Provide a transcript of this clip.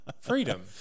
freedom